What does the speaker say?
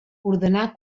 ordenà